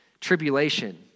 tribulation